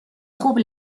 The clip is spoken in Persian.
خوب